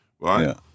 Right